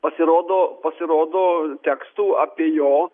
pasirodo pasirodo tekstų apie jo